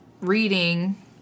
reading